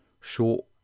short